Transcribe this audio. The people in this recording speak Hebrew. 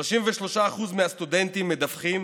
33% מהסטודנטים מדווחים